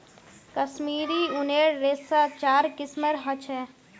कश्मीरी ऊनेर रेशा चार किस्मेर ह छे